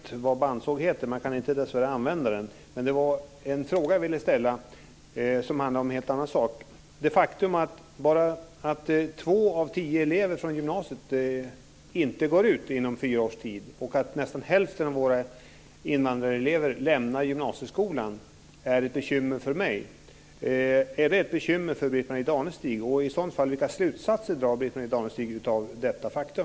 Herr talman! Jag vet vad en bandsåg heter, men kan dessvärre inte använda den. Det var en fråga som jag ville ställa som handlar om en helt annan sak. Det faktum att två av tio elever i gymnasiet inte går ut inom tio års tid och att nästan hälften av våra invandrarelever lämnar gymnasieskolan är ett bekymmer för mig. Är det ett bekymmer för Britt-Marie Danestig? I sådant fall, vilka slutsatser drar Britt Marie Danestig av detta faktum?